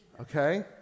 okay